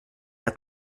hat